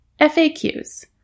FAQs